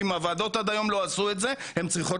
ואם הוועדות עד היום לא עשו את זה הן צריכות